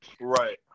Right